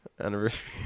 anniversary